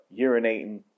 urinating